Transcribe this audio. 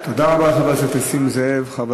תודה רבה, חבר הכנסת נסים זאב.